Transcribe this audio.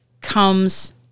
comes